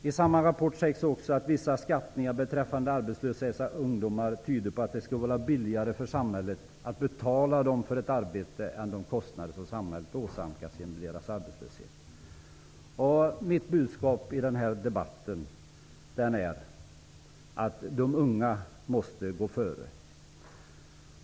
I samma rapport sägs också att vissa skattningar beträffande arbetslösa ungdomar tyder på att det skulle vara billigare för samhället att betala dem för ett arbete, jämfört med de kostnader som samhället åsamkas genom deras arbetslöshet. Mitt budskap i denna debatt är att de unga måste gå före.